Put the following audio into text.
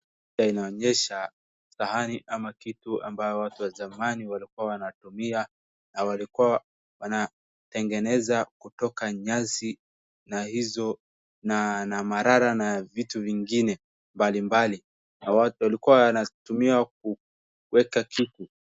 Hapa inaonyesha sahani ama kitu ambayo watu wa zamani walikuwa wanatumia na walikuwa wanatengeneza kutoka nyasi na hizo na marara na vitu zingine mbali mbali na watu walikuwa wanatumia kuweka kitu.